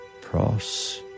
Pross